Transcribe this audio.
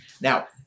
Now